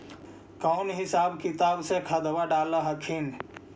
कौन हिसाब किताब से खदबा डाल हखिन?